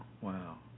wow